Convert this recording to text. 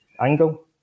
angle